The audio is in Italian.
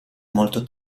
molto